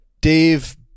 Dave